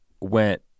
went